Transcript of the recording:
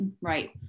Right